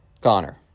Connor